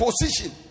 Position